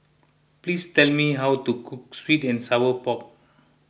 please tell me how to cook Sweet and Sour Pork